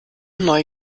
neu